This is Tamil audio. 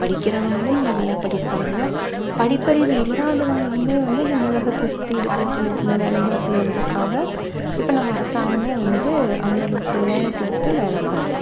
படிக்கிறவங்களும் நிறையா படிப்பாங்க படிப்பறிவு இல்லாதவங்களும் வந்து அந்த நூலகத்தை சுற்றி இருக்கிற சின்ன சின்ன வேலைகள் செய்கிறதுக்காக இப்போ நம்ம அரசாங்கம் வந்து அவங்களுக்கு வேலை கொடுத்து வேலை வாங்கலாம்